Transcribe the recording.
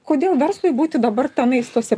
kodėl verslui būti dabar tenais tose